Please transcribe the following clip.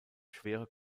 schwere